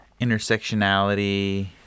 intersectionality